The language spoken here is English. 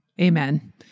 Amen